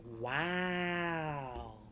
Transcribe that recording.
Wow